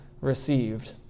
received